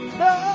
no